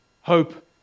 Hope